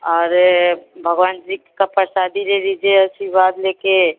अरे भगवान जी का प्रशादी ले लीजिए आशीर्वाद लेकर